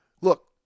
Look